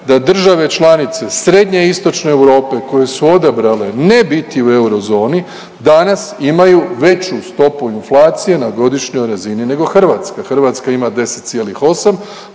da države članice Srednje i Istočne Europe koje su odabrale ne biti u eurozoni danas imaju veću stopu inflacije na godišnjoj razini nego Hrvatska. Hrvatska ima 10,8